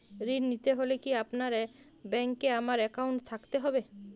ঋণ নিতে হলে কি আপনার ব্যাংক এ আমার অ্যাকাউন্ট থাকতে হবে?